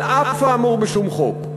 על אף האמור בשום חוק.